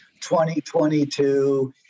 2022